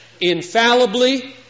infallibly